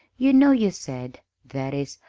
you know you said that is,